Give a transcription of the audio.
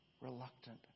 reluctant